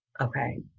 okay